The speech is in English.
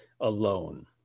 alone